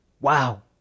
Wow